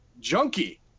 Junkie